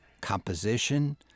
composition